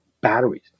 batteries